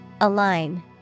Align